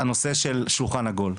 הנושא של שולחן עגול,